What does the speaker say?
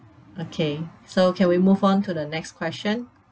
okay so can we move on to the next question